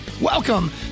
Welcome